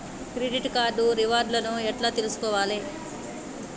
Credit card reward లను ఎట్ల తెలుసుకోవాలే?